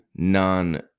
non